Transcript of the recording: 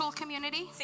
community